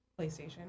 PlayStation